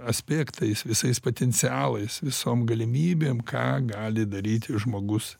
aspektais visais potencialais visom galimybėm ką gali daryti žmogus